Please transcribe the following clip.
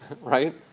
right